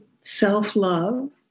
self-love